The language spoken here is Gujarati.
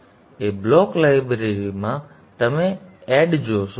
તેથી એ બ્લોક લાઇબ્રેરીમાં તમે એડ જોશો